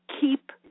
keep